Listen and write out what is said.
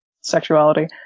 sexuality